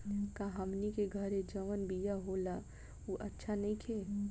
का हमनी के घरे जवन बिया होला उ अच्छा नईखे?